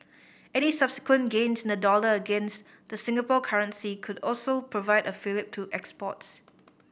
any subsequent gains in the dollar against the Singapore currency could also provide a fillip to exports